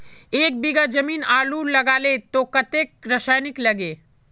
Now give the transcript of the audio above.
एक बीघा जमीन आलू लगाले तो कतेक रासायनिक लगे?